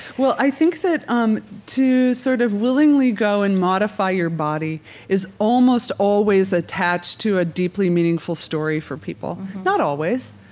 well, i think that um to sort of willingly go and modify your body is almost always attached to a deeply meaningful story for people. not always,